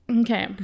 Okay